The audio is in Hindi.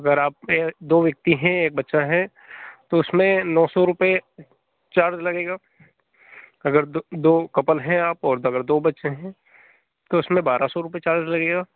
अगर आप पर दो व्यक्ति हैं बच्चा है तो उसमें नौ सौ रुपये चार्ज लगेगा अगर दो दो कपल हैं आप लोग दो बच्चे हैं तो इसमें बारह सौ रुपये चार्ज लगेगा